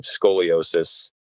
scoliosis